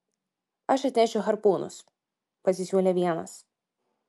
aš atnešiu harpūnus pasisiūlė vienas